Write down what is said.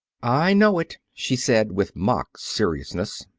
i know it, she said, with mock seriousness,